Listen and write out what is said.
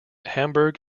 hamburg